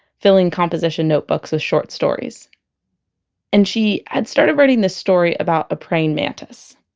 filling composition notebooks with short stories and she had starting writing this story about a praying mantis